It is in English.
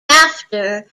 after